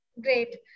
Great